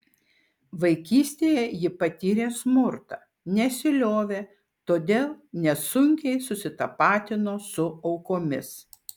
vaikystėje ji patyrė smurtą nesiliovė todėl nesunkiai susitapatino su aukomis